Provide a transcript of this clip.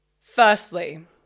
Firstly